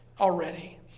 already